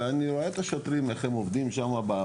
ואני רואה את השוטרים איך הם עובדים שם.